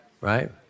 right